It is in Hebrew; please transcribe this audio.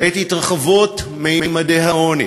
את התרחבות ממדי העוני